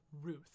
Ruth